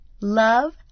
Love